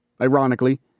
Ironically